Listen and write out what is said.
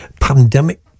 pandemic